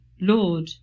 Lord